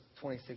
26